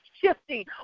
shifting